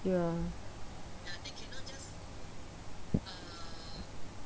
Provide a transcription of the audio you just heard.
ya